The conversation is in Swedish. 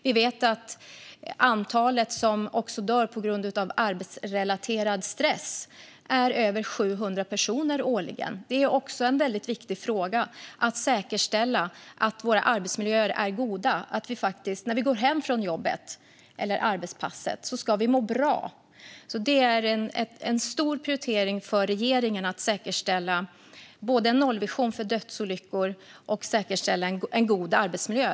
Vi vet också att det är över 700 personer årligen som dör på grund av arbetsrelaterad stress. Det är också en väldigt viktig fråga: att säkerställa att våra arbetsmiljöer är goda. När vi går hem från jobbet eller arbetspasset ska vi må bra. Det är en stor prioritering för regeringen att säkerställa både en nollvision för dödsolyckor och en god arbetsmiljö.